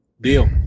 Deal